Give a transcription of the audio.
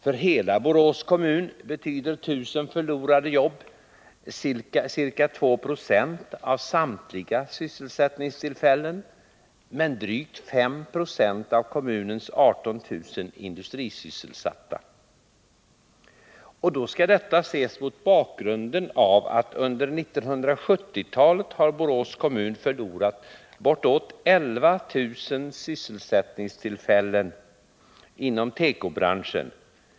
För hela Borås kommun betyder 1 000 förlorade jobb ca 2 76 av samtliga sysselsättningstillfällen men drygt 5 20 av kommunens 18 000 industrisysselsatta. Detta skall ses mot bakgrund av att Borås kommun under 1970-talet har förlorat bortåt 11000 sysselsättningstillfällen inom tekobranschen.